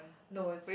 no it's